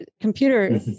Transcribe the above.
computer